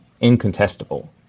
incontestable